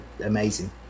amazing